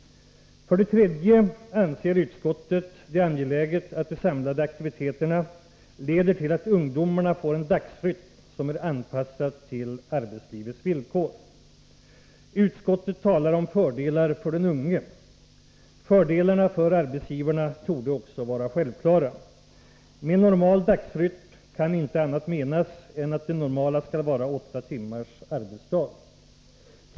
För det tredje anser utskottet att det är angeläget att de samlade aktiviteterna leder till att ungdomarna får en dagsrytm som är anpassad till arbetslivets villkor. Utskottet talar om fördelar för den unge. Fördelarna för arbetsgivarna torde också vara självklara. Med normal dagsrytm kan inte annat menas än att det normala skall vara åtta timmars arbetsdag.